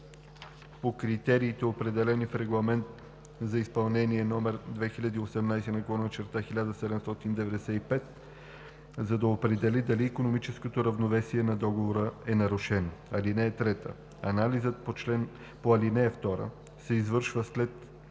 по критериите, определени в Регламент за изпълнение (ЕС) № 2018/1795, за да определи дали икономическото равновесие на договора е нарушено. (3) Анализът по ал. 2 се извършва след